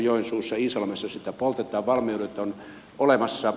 iisalmessa sitä poltetaan valmiudet ovat olemassa